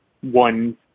one